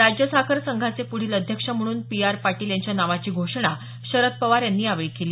राज्य साखर संघाचे पुढील अध्यक्ष म्हणून पी आर पाटील यांच्या नावाची घोषणा शरद पवार यांनी यावेळी केली